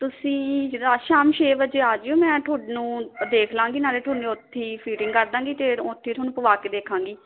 ਤੁਸੀਂ ਰਾਤ ਸ਼ਾਮ ਛੇ ਵਜੇ ਆ ਜਾਇਓ ਮੈਂ ਤੁਹਾਨੂੰ ਦੇਖ ਲਵਾਂਗੀ ਨਾਲੇ ਤੁਹਾਨੂੰ ਉੱਥੇ ਹੀ ਫੀਟਿੰਗ ਕਰ ਦੇਵਾਂਗੀ ਅਤੇ ਉੱਥੇ ਹੀ ਤੁਹਾਨੂੰ ਪਵਾ ਕੇ ਦੇਖਾਂਗੀ